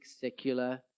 secular